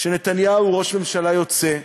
שנתניהו הוא ראש ממשלה יוצא,